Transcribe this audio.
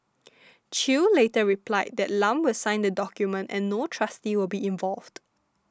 Chew later replied that Lam will sign the document and no trustee will be involved